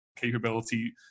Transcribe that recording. capability